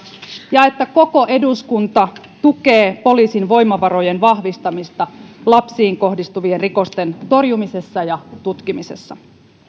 ja että koko eduskunta tukee poliisin voimavarojen vahvistamista lapsiin kohdistuvien rikosten torjumisessa ja tutkimisessa